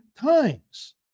times